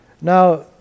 Now